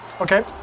Okay